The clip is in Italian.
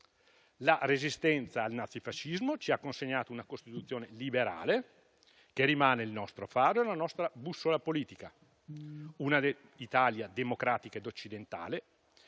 La resistenza al nazifascismo ci ha consegnato una Costituzione liberale, che rimane il nostro faro e la nostra bussola politica; un'Italia democratica e occidentale